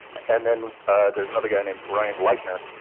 and then there's another guy named brian leitner,